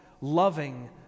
loving